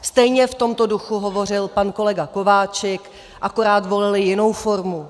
Stejně v tomto duchu hovořil pan kolega Kováčik, akorát volili jinou formu.